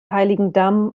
heiligendamm